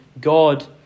God